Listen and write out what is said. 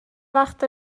وقت